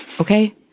Okay